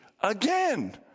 again